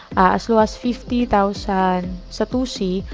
as low as fifty thousand satoshis,